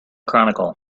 chronicle